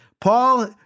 Paul